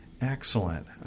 Excellent